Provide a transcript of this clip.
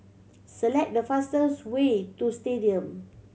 select the fastest way to Stadium